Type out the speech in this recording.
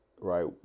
right